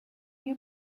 you